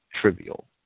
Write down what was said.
trivial